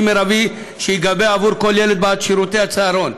מרבי שייגבה עבור כל ילד בעד שירותי צהרון.